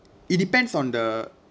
it depends on the